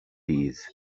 bydd